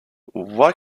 why